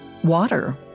Water